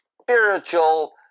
spiritual